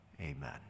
amen